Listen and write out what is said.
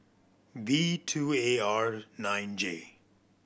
V two A R nine J